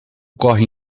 corre